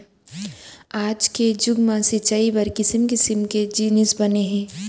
आज के जुग म सिंचई बर किसम किसम के जिनिस बने हे